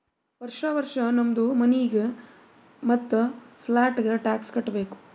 ವರ್ಷಾ ವರ್ಷಾ ನಮ್ದು ಮನಿಗ್ ಮತ್ತ ಪ್ಲಾಟ್ಗ ಟ್ಯಾಕ್ಸ್ ಕಟ್ಟಬೇಕ್